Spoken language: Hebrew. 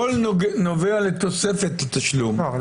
הכול נובע לתוספת התשלום, אז למה אנחנו שם בכלל?